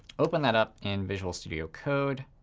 open that up in visual studio code,